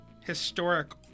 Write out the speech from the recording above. historic